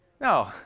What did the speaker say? no